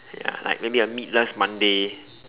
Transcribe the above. ya like maybe a meatless Monday